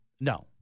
no